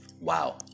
Wow